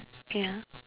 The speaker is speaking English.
yeah